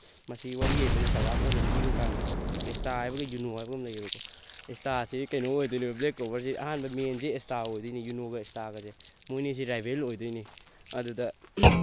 ꯃꯁꯤ ꯋꯥꯔꯤ ꯑꯣꯏꯅ ꯆꯥꯎꯔꯥꯛ ꯑꯣꯏꯅ ꯂꯤꯕ ꯀꯥꯟꯗ ꯑꯦꯁꯇꯥ ꯍꯥꯏꯕꯒ ꯌꯨꯅꯣ ꯍꯥꯏꯕꯒ ꯑꯃ ꯂꯩꯌꯦꯕꯀꯣ ꯑꯦꯁꯇꯥꯁꯤ ꯀꯩꯅꯣ ꯑꯣꯏꯗꯣꯏꯅꯦꯕ ꯕ꯭ꯂꯦꯛ ꯀꯣꯕꯔꯁꯤ ꯑꯍꯥꯟꯕ ꯃꯦꯟꯁꯤ ꯑꯦꯁꯇꯥ ꯑꯣꯏꯗꯣꯏꯅꯤ ꯌꯨꯅꯣꯒ ꯑꯦꯁꯇꯥꯒꯁꯦ ꯃꯣꯏꯅꯤꯁꯤ ꯔꯥꯏꯚꯦꯜ ꯑꯣꯏꯗꯣꯏꯅꯤ ꯑꯗꯨꯗ